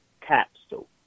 capsule